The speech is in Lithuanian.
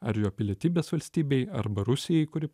ar jo pilietybės valstybei arba rusijai kuri